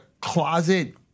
closet